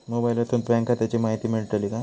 मोबाईलातसून बँक खात्याची माहिती मेळतली काय?